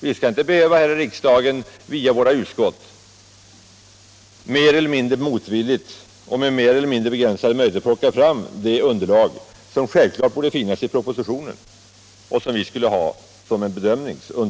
Vi skall inte här i riksdagen via våra utskott, mer eller mindre motvilligt och med mer eller mindre begränsade resurser, behöva plocka fram det underlag som självklart borde finnas i propositionen och som vi behövde men alltså inte haft.